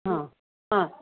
हां हां